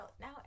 now